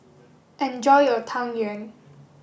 enjoy your tang yuen